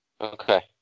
Okay